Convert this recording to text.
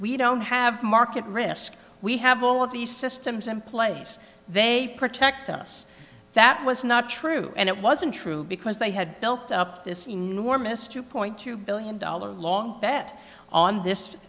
we don't have market risk we have all of these systems in place they protect us that was not true and it wasn't true because they had built up this enormous two point two billion dollars long bet on this